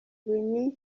winnie